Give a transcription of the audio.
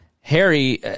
Harry –